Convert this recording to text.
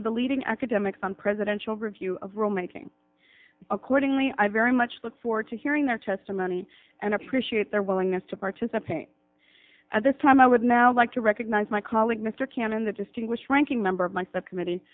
of the leading academics on presidential review of rome a king accordingly i very much look forward to hearing their testimony and appreciate their willingness to participate at this time i would now like to recognize my colleague mr cannon the distinguished ranking member of my subcommittee